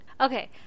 Okay